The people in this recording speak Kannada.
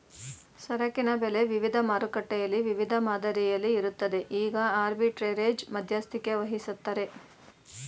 ಸರಕಿನ ಬೆಲೆ ವಿವಿಧ ಮಾರುಕಟ್ಟೆಯಲ್ಲಿ ವಿವಿಧ ಮಾದರಿಯಲ್ಲಿ ಇರುತ್ತದೆ ಈಗ ಆರ್ಬಿಟ್ರೆರೇಜ್ ಮಧ್ಯಸ್ಥಿಕೆವಹಿಸತ್ತರೆ